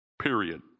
period